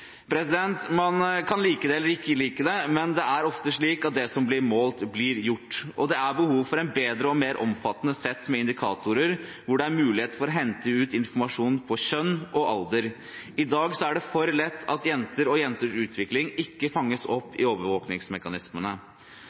Man kan like det eller ikke like det, men det er ofte slik at det som blir målt, blir gjort, og det er behov for et bedre og mer omfattende sett med indikatorer, hvor det er mulighet for å hente ut informasjon om kjønn og alder. I dag er det for lett at jenter og jenters utvikling ikke fanges opp i overvåkingsmekanismene.